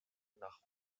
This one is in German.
nach